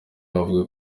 bavuga